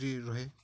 ରୁହେ